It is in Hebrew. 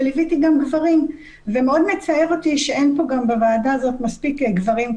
ליוויתי גם גברים ומאוד מצער אותי שאין גם בוועדה הזו מספיק גברים.